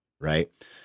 Right